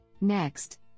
Next